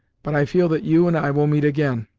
but i feel that you and i will meet again.